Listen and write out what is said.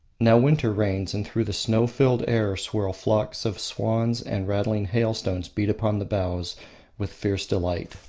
now winter reigns, and through the snow-filled air swirl flocks of swans and rattling hailstones beat upon the boughs with fierce delight.